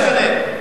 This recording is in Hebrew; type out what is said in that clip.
לא, אני לא אשנה.